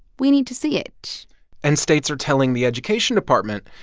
we need to see it and states are telling the education department,